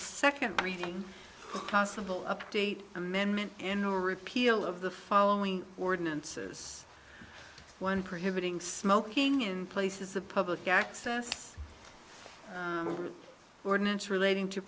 second reading possible update amendment in repeal of the following ordinances one prohibiting smoking in places of public access ordinance relating to